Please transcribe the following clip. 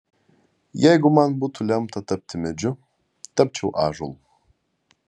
jeigu man būtų lemta tapti medžiu tapčiau ąžuolu